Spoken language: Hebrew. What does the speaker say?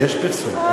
יש פרסום.